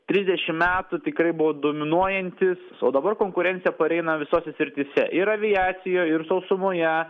trisdešimt metų tikrai buvo dominuojantys o dabar konkurencija pareina visose srityse ir aviacijoj ir sausumoje